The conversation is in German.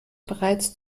bereits